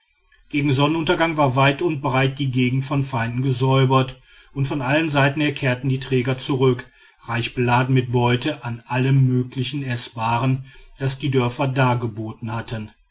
gegen sonnenuntergang war weit und breit die gegend von feinden gesäubert und von allen seiten her kehrten die träger zurück reich beladen mit beute an allem möglichen eßbaren das die dörfer dargeboten hatten